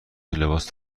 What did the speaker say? لباس